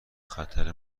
خطر